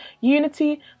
unity